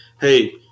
hey